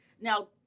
now